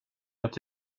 att